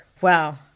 Wow